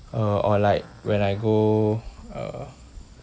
uh or like when I go uh